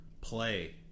play